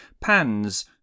pans